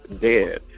dead